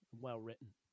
Well-written